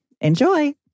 Enjoy